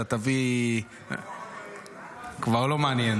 כשאתה תביא ------ כבר לא מעניין,